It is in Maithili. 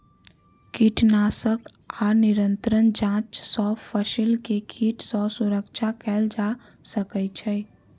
कीटनाशक आ निरंतर जांच सॅ फसिल के कीट सॅ सुरक्षा कयल जा सकै छै